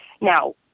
Now